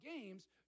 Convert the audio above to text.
games